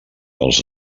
els